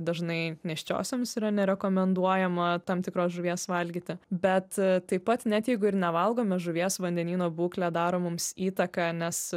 dažnai nėščiosioms yra nerekomenduojama tam tikros žuvies valgyti bet taip pat net jeigu ir nevalgome žuvies vandenyno būklė daro mums įtaką nes